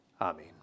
Amen